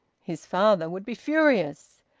his father would be furious.